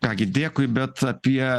ką gi dėkui bet apie